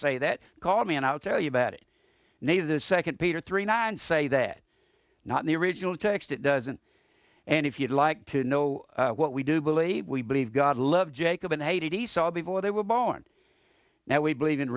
say that call me and i'll tell you about it neither the second peter three nine say that not in the original text it doesn't and if you'd like to know what we do believe we believe god loves jacob and esau before they were born now we believe in